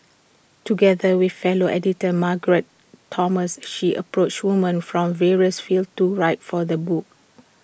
together with fellow editor Margaret Thomas she approached women from various fields to write for the book